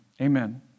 Amen